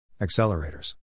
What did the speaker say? Accelerators